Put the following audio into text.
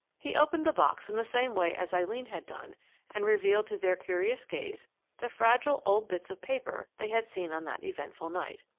he opened the box in the same way as eileen had done and revealed to their curious gaze the fragile old bits of paper they had seen on that eventful night.